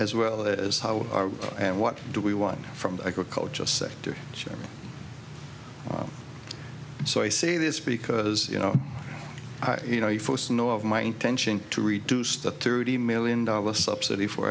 as well as how our and what do we want from the agricultural sector so i say this because you know you know you know of my intention to reduce the thirty million dollars subsidy for